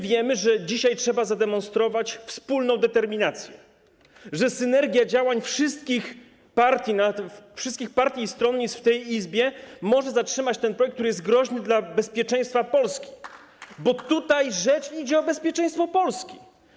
Wiemy, że dzisiaj trzeba zademonstrować wspólną determinację, że synergia działań wszystkich partii i stronnictw w tej Izbie może zatrzymać tej projekt, który jest groźny dla bezpieczeństwa Polski, bo tutaj rzecz idzie o bezpieczeństwo Polski.